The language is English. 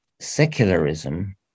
secularism